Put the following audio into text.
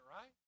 right